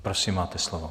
Prosím, máte slovo.